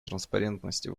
транспарентности